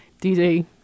DJ